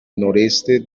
noroeste